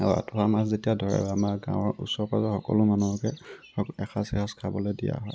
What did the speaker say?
আৰু আঠুৱা মাছ যেতিয়া ধৰে আমাৰ গাঁৱৰ ওচৰ পাঁজৰ সকলো মানুহকে এসাঁজ এসাঁজ খাবলৈ দিয়া হয়